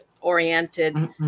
oriented